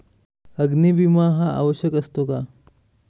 अग्नी विमा हा आवश्यक असतो का?